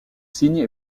signent